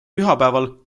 pühapäeval